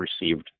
received